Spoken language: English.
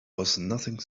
nothing